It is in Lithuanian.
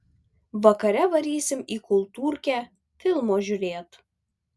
vakare varysim į kultūrkę filmo žiūrėt